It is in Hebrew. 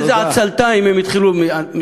באיזה עצלתיים הם התחילו, תודה.